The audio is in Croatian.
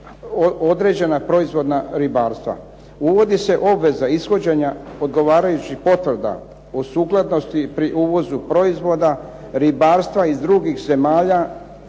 određena proizvodna ribarstva. Uvodi se obveza ishođenja odgovarajućih potvrda o sukladnosti pri uvozu proizvoda ribarstva iz drugih zemalja